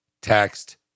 text